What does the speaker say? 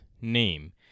name